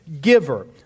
giver